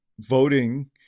voting